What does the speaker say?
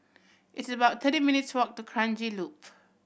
it's about thirty minutes' walk to Kranji Loop